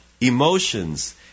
emotions